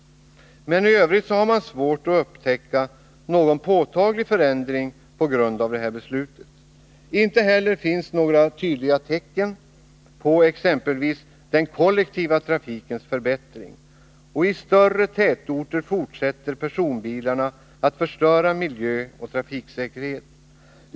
Men i övrigt har man svårt att upptäcka någon påtaglig förändring på grund av detta beslut. Inte heller finns några tydliga tecken på exempelvis den kollektiva trafikens förbättring, och i större tätorter fortsätter personbilarna att förstöra miljö och trafiksäkerhet.